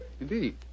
Indeed